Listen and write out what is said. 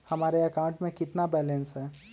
हमारे अकाउंट में कितना बैलेंस है?